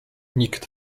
nikt